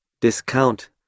discount